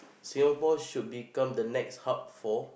Singapore should become the next hub for